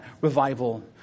revival